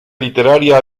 literaria